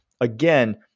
again